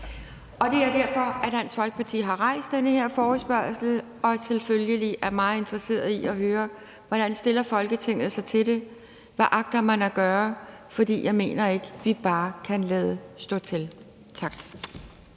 Det er derfor, at Dansk Folkeparti har rejst den her forespørgsel, og vi er selvfølgelig meget interesserede i at høre, hvordan Folketinget stiller sig til det, og hvad man agter at gøre. For jeg mener ikke, at vi bare kan lade stå til. Tak.